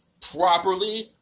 properly